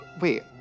Wait